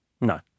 No